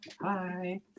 hi